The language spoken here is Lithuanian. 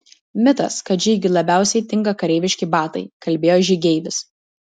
mitas kad žygiui labiausiai tinka kareiviški batai kalbėjo žygeivis